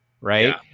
Right